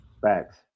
Facts